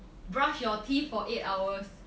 brush your teeth for eight hours